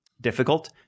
difficult